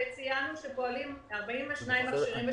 וציינו שפועלים 42 מכשירים,